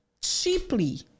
cheaply